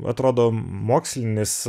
atrodo mokslinis